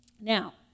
Now